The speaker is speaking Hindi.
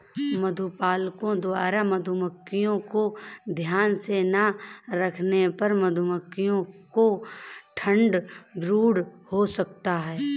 मधुपालकों द्वारा मधुमक्खियों को ध्यान से ना रखने पर मधुमक्खियों को ठंड ब्रूड हो सकता है